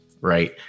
right